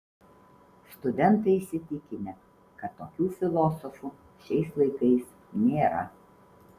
studentai įsitikinę kad tokių filosofų šiais laikais nėra